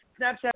Snapchat